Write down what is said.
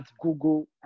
Google